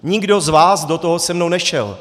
Nikdo z vás do toho se mnou nešel!